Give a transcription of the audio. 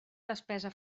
despesa